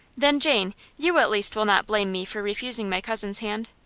then, jane, you at least will not blame me for refusing my cousin's hand?